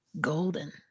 golden